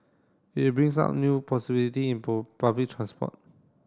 it brings up new possibility in public transport